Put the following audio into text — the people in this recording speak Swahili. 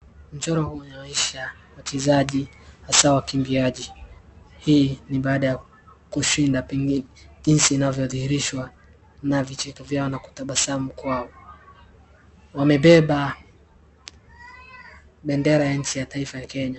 Mchoro huu unaonyesha wachezaji hasa wakimbiaji. Hii ni baada ya kushinda pengine jinsi inavyodhihirishwa na vicheko vyao na kutabasamu kwao. wamebeba bendera ya nchi ya taifa ya Kenya.